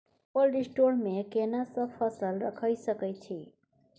Cold store मे केना सब फसल रखि सकय छी?